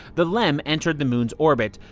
the lem entered the moon's orbit.